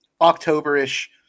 October-ish